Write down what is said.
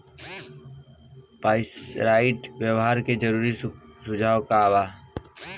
Pyrite व्यवहार के जरूरी सुझाव का वा?